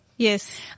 Yes